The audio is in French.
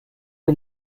est